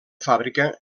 fàbrica